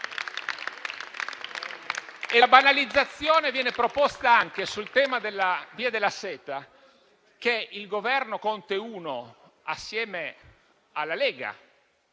la banalizzazione viene proposta anche sul tema della Via della seta, che il Governo Conte I, assieme alla Lega,